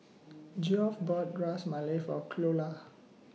Geoff bought Ras Malai For Cleola